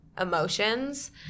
emotions